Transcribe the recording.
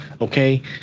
okay